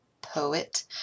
poet